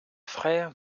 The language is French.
frère